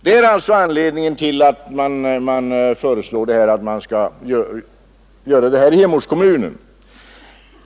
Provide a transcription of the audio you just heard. Detta är alltså anledningen till att man föreslår att debiteringen skall ske i hemortskommunen.